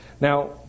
Now